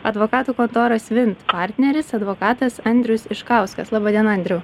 advokatų kontoros vint partneris advokatas andrius iškauskas laba diena andriau